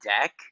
deck